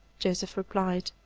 joseph replied.